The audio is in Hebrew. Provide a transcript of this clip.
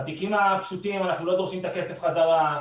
בתיקים הפשוטים אנחנו לא דורשים את הכסף חזרה,